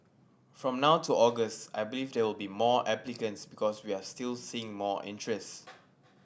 from now to August I believe there will be more applicants because we are still seeing more interest